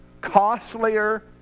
costlier